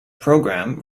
programme